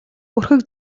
бүрхэг